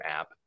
app